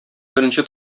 беренче